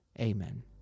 Amen